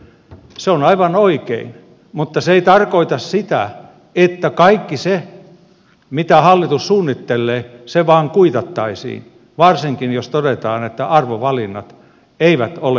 se on aivan oikein mutta se ei tarkoita sitä että kaikki se mitä hallitus suunnittelee vain kuitattaisiin varsinkin jos todetaan että arvovalinnat eivät ole kohdallaan